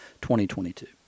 2022